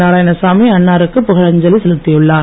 நாராயணசாமி அன்னாருக்கு புகழஞ்சலி செலுத்தியுள்ளார்